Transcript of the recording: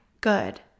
good